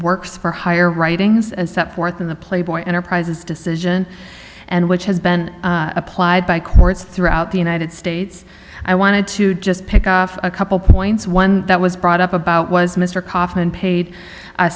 works for hire writings set forth in the playboy enterprises decision and which has been applied by courts throughout the united states i wanted to just pick up a couple points one that was brought up about was mr kaufman paid a